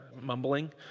mumbling